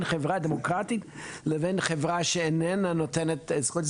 חברה דמוקרטית לבין חברה שאיננה נותנת זכויות,